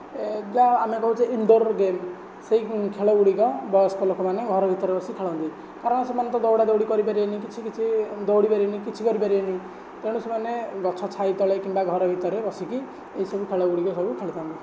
ଯାହା ଆମେ କହୁଛେ ଇନ୍ଡ଼ୋର୍ ଗେମ୍ ସେହି ଖେଳଗୁଡ଼ିକ ବୟସ୍କ ଲୋକମାନେ ଘର ଭିତରେ ବସି ଖେଳନ୍ତି କାରଣ ସେମାନେ ତ ଦୌଡ଼ାଦୌଡ଼ି କରିପାରିବେନି କିଛି କିଛି ଦୌଡ଼ି ପାରିବେନି କିଛି କରିପାରିବେନି ତେଣୁ ସେମାନେ ଗଛ ଛାଇ ତଳେ କିମ୍ବା ଘର ଭିତରେ ବସିକି ଏହିସବୁ ଖେଳଗୁଡ଼ିକ ସବୁ ଖେଳିଥାନ୍ତି